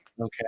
Okay